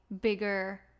bigger